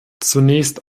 zunächst